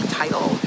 title